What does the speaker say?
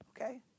okay